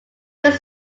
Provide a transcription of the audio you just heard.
was